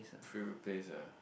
favourite place ah